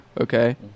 okay